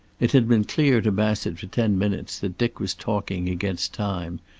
it had been clear to bassett for ten minutes that dick was talking against time,